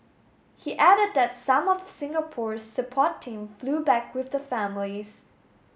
he added that some of Singapore's support team flew back with the families